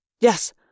Yes